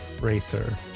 racer